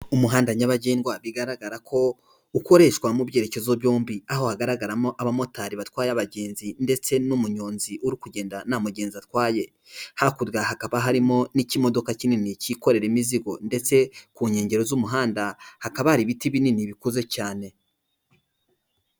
Umuhanda nyabagendwa bigaragara ko ukoreshwa mu byerekezo byombi aho hagaragaramo abamotari batwaye abagenzi ndetse n'umuyonzi uri kugenda nta mugenzi atwaye, hakurya hakaba harimo n'ikimodoka kinini kikorera imizigo ndetse ku nkengero z'umuhanda hakaba ibiti binini bikuze cyane.